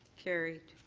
carried.